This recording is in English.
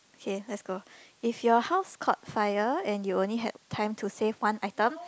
okay let's go if your house caught fire and you only have time to save one item